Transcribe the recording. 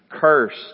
Cursed